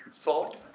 thought?